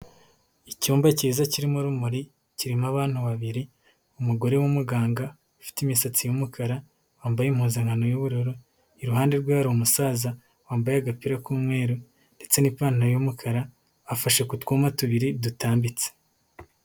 Icyumba cyiza kirimo urumuri, kirimo abantu babiri, umugore w'umuganga ufite imisatsi y'umukara, wambaye impuzankano y'ubururu, iruhande rwe hari umusaza wambaye agapira k'umweru ndetse n'ipantaro y'umukara, afashe ku twuma tubiri dutambitse.